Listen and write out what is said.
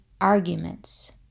arguments